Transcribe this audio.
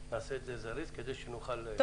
נעשה את זה זריז כדי שנוכל לאפשר לאחרים להתבטא.